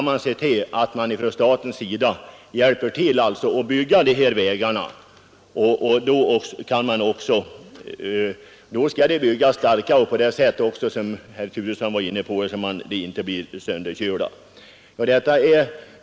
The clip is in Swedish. Men staten bör hjälpa till att bygga vägar för sådan trafik. De skall byggas starka så att de inte, som herr Turesson nämnde, blir sönderkörda.